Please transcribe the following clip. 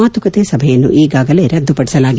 ಮಾತುಕತೆ ಸಭೆಯನ್ನು ಈಗಾಗಲೇ ರದ್ದುಪಡಿಸಲಾಗಿದೆ